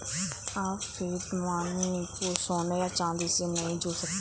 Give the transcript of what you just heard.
आप fiat money को सोने या चांदी से नहीं जोड़ सकते